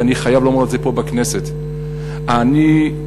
ואני חייב לומר את זה פה בכנסת: אני המום.